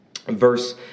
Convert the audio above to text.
verse